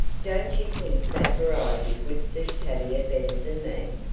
don't you think that variety would suit tavia better than me?